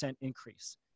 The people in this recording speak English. increase